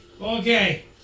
Okay